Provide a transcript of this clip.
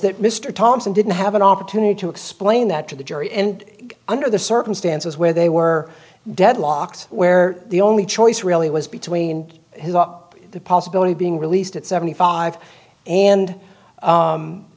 that mr thompson didn't have an opportunity to explain that to the jury and under the circumstances where they were deadlocked where the only choice really was between his up the possibility of being released at seventy five and